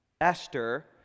Esther